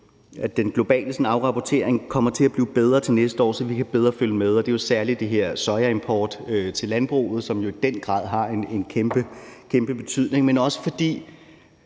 at den globale afrapportering kommer til at blive bedre til næste år, så vi bedre kan følge med, og det er jo særlig sojaimport til landbruget, som i den grad har en kæmpe betydning. Men netop fordi